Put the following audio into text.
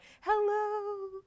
hello